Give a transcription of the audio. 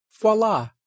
Voila